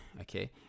okay